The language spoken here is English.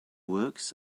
works